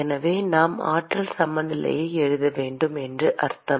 எனவே நாம் ஆற்றல் சமநிலையை எழுத வேண்டும் என்று அர்த்தம்